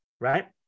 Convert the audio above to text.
right